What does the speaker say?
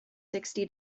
sixty